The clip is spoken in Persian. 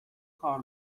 کار